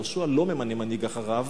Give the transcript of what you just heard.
יהושע לא ממנה מנהיג אחריו,